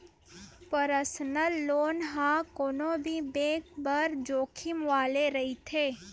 personal loan ह कोनो भी बेंक बर जोखिम वाले रहिथे